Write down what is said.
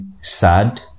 sad